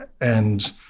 and-